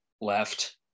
left